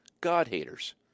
God-haters